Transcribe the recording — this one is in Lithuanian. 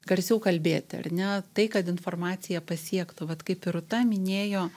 garsiau kalbėti ar ne tai kad informacija pasiektų vat kaip ir rūta minėjo